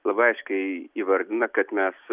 labai aiškiai įvardina kad mes